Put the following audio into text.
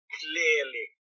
clearly